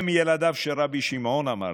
הם ילדיו של רבי שמעון, אמרת.